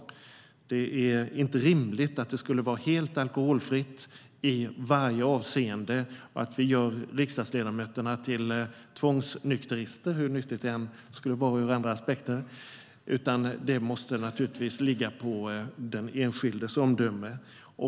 Men det är inte rimligt att det är helt alkoholfritt i varje avseende eller att vi gör riksdagsledamöterna till tvångsnykterister, hur nyttigt det än skulle vara ur andra aspekter, utan det måste ligga på den enskildes omdöme.